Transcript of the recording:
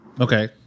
Okay